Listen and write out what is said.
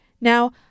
Now